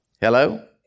Hello